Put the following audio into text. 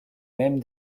même